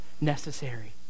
necessary